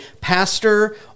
pastor